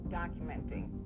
documenting